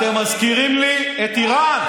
אתם מזכירים לי את איראן.